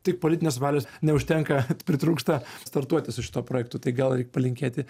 tik politinės valios neužtenka pritrūksta startuoti su šituo projektu tai gal reik palinkėti